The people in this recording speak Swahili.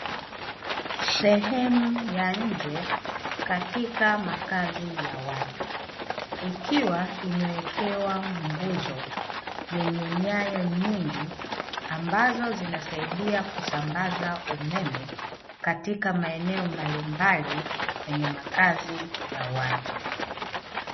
Sehemu ya nje katika makazi ya watu, ikiwa imewekewa nguzo yenye nyanya nyingi, ambazo zinasaidia kusambaza umeme katika maeneo mbalimbali, kwenye makazi ya watu.